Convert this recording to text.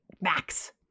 Max